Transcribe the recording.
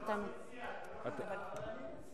חבר הכנסת